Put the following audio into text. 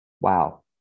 Wow